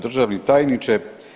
Državni tajniče.